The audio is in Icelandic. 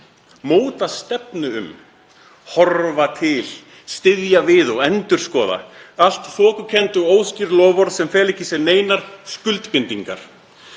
móta stefnu um, horfa til, styðja við og endurskoða. Allt þokukennd og óskýr loforð sem fela ekki í sér neinar skuldbindingar.